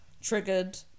triggered